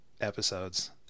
episodes